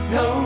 no